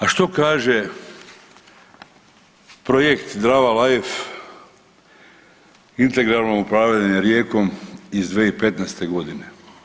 A što kaže projekt Drava Life integralno upravljanje rijekom iz 2015. godine?